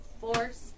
force